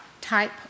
type